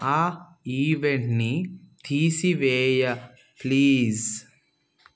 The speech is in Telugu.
ఆ ఈవెంట్ని తీసివేయ ప్లీజ్